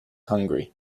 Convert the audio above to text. hungry